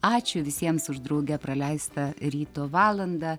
ačiū visiems už drauge praleistą ryto valandą